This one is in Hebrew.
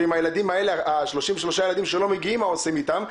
ועם הילדים האלה ה-33 ילדים שלא מגיעים מה עושים איתם?